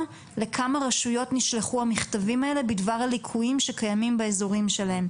לכמה רשויות נשלחו המכתבים האלה בדבר הליקויים שקיימים באזורים שלהם.